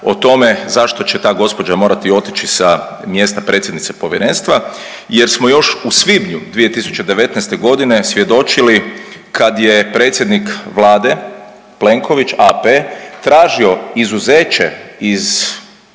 o tome zašto će ta gospođa morati otići sa mjesta predsjednice povjerenstva jer smo još u svibnju 2019. godine svjedočili kad je predsjednik Vlade Plenković AP tražio izuzeće iz